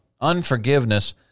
Unforgiveness